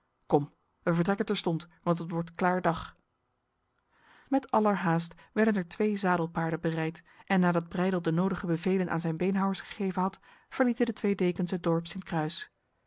kom wij vertrekken terstond want het wordt klaar dag met allerhaast werden er twee zadelpaarden bereid en nadat breydel de nodige bevelen aan zijn beenhouwers gegeven had verlieten de twee dekens het dorp